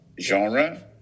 genre